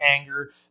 anger